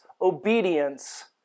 obedience